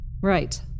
Right